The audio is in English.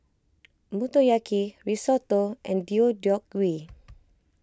Motoyaki Risotto and Deodeok Gui